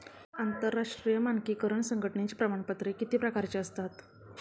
आंतरराष्ट्रीय मानकीकरण संघटनेची प्रमाणपत्रे किती प्रकारची असतात?